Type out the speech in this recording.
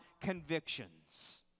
convictions